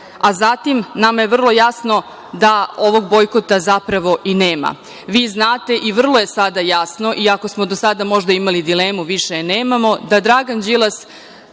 a nama je vrlo jasno da ovog bojkota zapravo i nema. Vi znate, a sada je i vrlo jasno, i ako smo do sada možda imali dilemu, više je nemamo, da Dragan Đilas